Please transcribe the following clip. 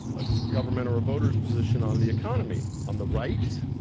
a government or a voter's position on the economy. on the right,